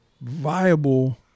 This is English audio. viable